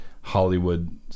Hollywood